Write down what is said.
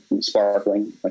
sparkling